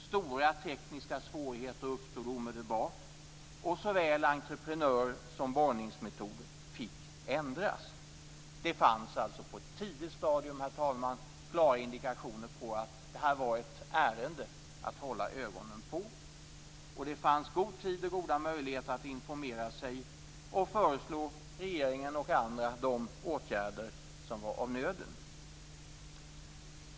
Stora tekniska svårigheter uppstod omedelbart, och såväl entreprenör som borrningsmetod fick ändras. Det fanns alltså på ett tidigt stadium, herr talman, klara indikationer på att detta var ett ärende att hålla ögonen på. Det fanns god tid och goda möjligheter att informera sig och att föreslå regeringen och andra de åtgärder som var av nöden.